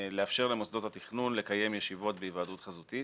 לאפשר למוסדות התכנון לקיים ישיבות בהיוועדות חזותית.